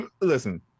Listen